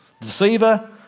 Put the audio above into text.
deceiver